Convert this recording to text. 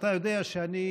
אתה יודע שאני,